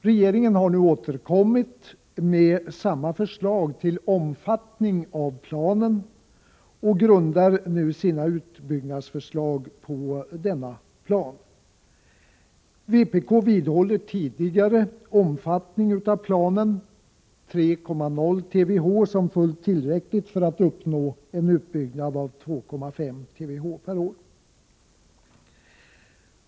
Regeringen har nu återkommit med samma förslag till omfattning av planen och grundar sina utbyggnadsförslag på denna plan. Vpk vidhåller den tidigare omfattningen av planen —-3,0 TWh - som fullt tillräcklig för att uppnå en utbyggnad med 2,5 TWh/år.